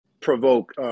provoke